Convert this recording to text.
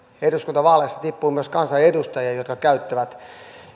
eduskuntavaaleissa tippuu myös kansanedustajia jotka käyttävät